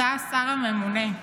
אתה השר הממונה,